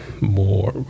more